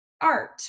art